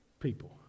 people